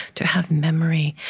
to have memory,